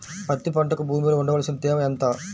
పత్తి పంటకు భూమిలో ఉండవలసిన తేమ ఎంత?